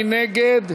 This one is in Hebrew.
מי נגד?